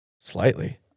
slightly